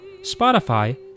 Spotify